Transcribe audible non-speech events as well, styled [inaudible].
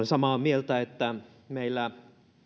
[unintelligible] samaa mieltä että meillä